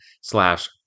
slash